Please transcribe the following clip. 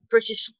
British